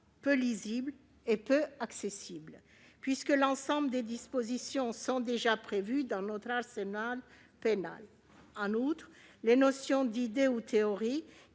peu lisible et peu accessible, puisque l'ensemble des dispositions sont déjà prévues dans notre arsenal pénal. En outre, les notions d'idées ou de théories